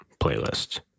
playlist